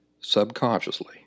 subconsciously